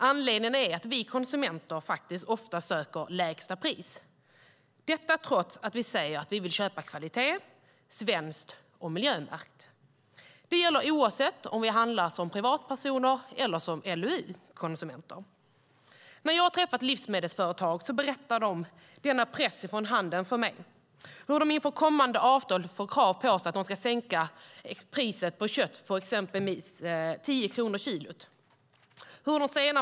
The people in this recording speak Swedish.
Anledningen är att vi konsumenter faktiskt ofta söker lägsta pris trots att vi säger att vi vill köpa kvalitet, svenskt och miljömärkt. Det gäller oavsett om vi handlar som privatpersoner eller som LOU-konsumenter. När jag har träffat livsmedelsföretag har de beskrivit denna press från handeln för mig. De berättar hur de inför kommande avtal kan få krav på sig att sänka priset på kött med till exempel 10 kronor per kilo.